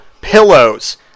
Pillows